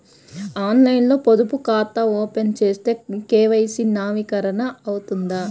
ఆన్లైన్లో పొదుపు ఖాతా ఓపెన్ చేస్తే కే.వై.సి నవీకరణ అవుతుందా?